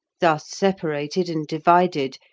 thus separated and divided,